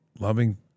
loving